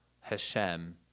Hashem